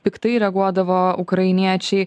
piktai reaguodavo ukrainiečiai